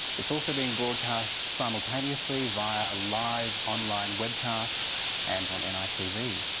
it is also being broadcast simultaneously via a live online webcast and on nitv.